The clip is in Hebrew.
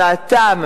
הסעתם,